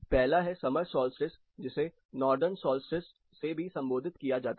पहला है summer solstice जिसे नॉर्दन सोल्स्टिस से भी संबोधित किया जाता है